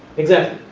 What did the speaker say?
exactly.